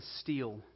steal